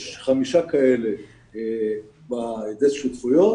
יש חמישה כאלה בדסק השותפויות